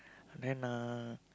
then uh